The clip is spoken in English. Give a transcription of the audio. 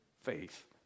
faith